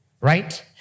Right